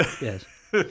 Yes